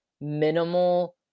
minimal